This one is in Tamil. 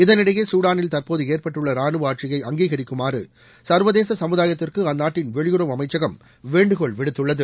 இதனிடையே சூடானில் தற்போது ஏற்பட்டுள்ள ராணுவ ஆட்சியை அங்கீகரிக்குமாறு சர்வதேச சமுதாயத்திற்கு அந்நாட்டின் வெளியுறவு அமைச்சகம் வேண்டுகோள் விடுத்துள்ளது